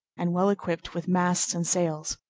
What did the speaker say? and well equipped with masts and sails.